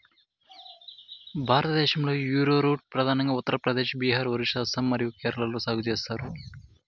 భారతదేశంలో, యారోరూట్ ప్రధానంగా ఉత్తర ప్రదేశ్, బీహార్, ఒరిస్సా, అస్సాం మరియు కేరళలో సాగు చేస్తారు